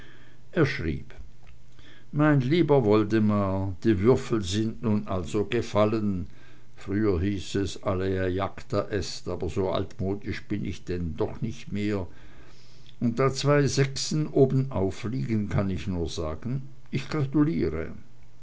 er schrieb mein lieber woldemar die würfel sind nun also gefallen früher hieß es alea jacta est aber so altmodisch bin ich denn doch nicht mehr und da zwei sechsen obenauf liegen kann ich nur sagen ich gratuliere